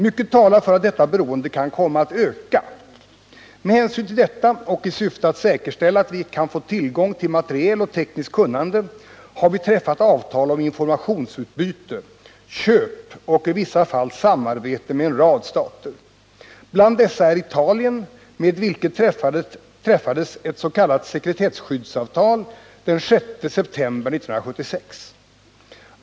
Mycket talar för att detta beroende kan komma att öka. Med hänsyn till detta och i syfte att säkerställa att vi kan få tillgång till materiel och tekniskt kunnande har vi träffat avtal om informationsutbyte, köp och i vissa fall samarbete med en rad stater. Bland dessa är Italien, med vilket träffades ett s.k. sekretesskyddsavtal den 6 september 1976.